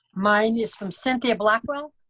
mine is from cynthia blackwell.